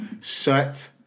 Shut